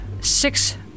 six